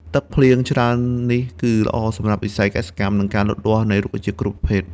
ទឹកភ្លៀងច្រើននេះគឺល្អសម្រាប់វិស័យកសិកម្ម និងការលូតលាស់នៃរុក្ខជាតិគ្រប់ប្រភេទ។